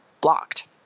blocked